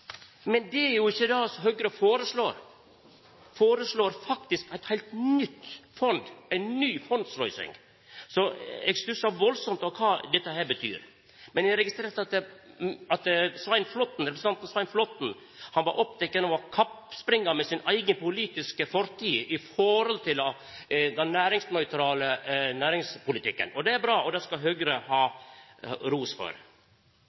Men det er jo ikkje det som Høgre foreslår, dei foreslår faktisk ei heilt ny fondsløysing. Så eg stussar veldig over kva dette betyr. Men eg registrerte at representanten Svein Flåtten var oppteken av å kappspringa med si eiga politiske fortid med omsyn til den næringsnøytrale næringspolitikken. Det er bra, og det skal Høgre ha ros for.